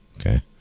Okay